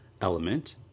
element